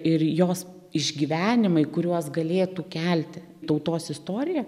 ir jos išgyvenimai kuriuos galėtų kelti tautos istorija